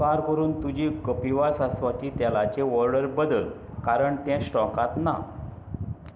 उपकार करून तुजी कपिवा सासवांचे तेलाची ऑर्डर बदल कारण तें स्टॉकांत ना